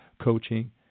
coaching